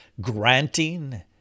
granting